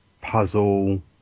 puzzle